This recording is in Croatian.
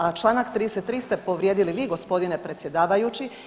A Članak 33. ste povrijedili vi gospodine predsjedavajući.